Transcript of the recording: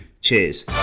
cheers